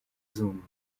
zoom